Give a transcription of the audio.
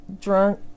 drunk